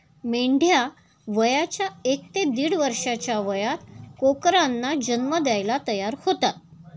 मेंढ्या वयाच्या एक ते दीड वर्षाच्या वयात कोकरांना जन्म द्यायला तयार होतात